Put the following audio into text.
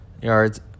yards